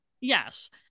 Yes